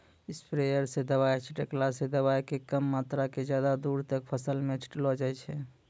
sprayer स दवाय छींटला स दवाय के कम मात्रा क ज्यादा दूर तक फसल मॅ छिटलो जाय छै